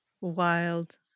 wild